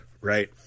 right